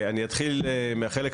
ברשותך,